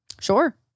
Sure